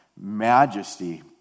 majesty